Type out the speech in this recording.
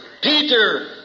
Peter